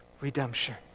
redemption